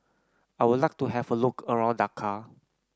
I would like to have a look around Dakar